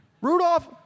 Rudolph